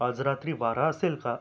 आज रात्री वारा असेल का